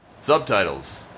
subtitles